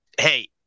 hey